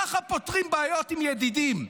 כך פותרים בעיות עם ידידים.